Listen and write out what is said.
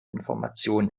information